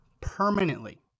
permanently